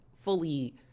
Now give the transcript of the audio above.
fully